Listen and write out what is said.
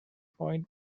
point